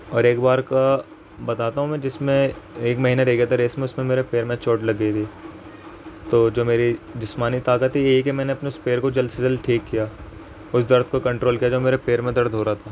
اور ایک بار کا بتاتا ہوں میں جس میں ایک مہینہ رہ گیا تھا ریس میں اس میں میرے پیر میں چوٹ لگ گئی تھی تو جو میری جسمانی طاقت تو یہ ہے کہ میں نے اپنے اس پیر کو جلد سے جلد ٹھیک کیا اس درد کو کنٹرول کیا جو میرے پیر میں درد ہو رہا تھا